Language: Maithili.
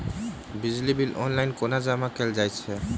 बिजली बिल ऑनलाइन कोना जमा कएल जाइत अछि?